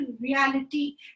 reality